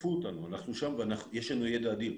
שתפו אותנו, אנחנו שם ויש לנו ידע אדיר.